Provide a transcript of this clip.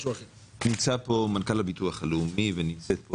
נמצא פה מנכ"ל הביטוח הלאומי ונמצאת פה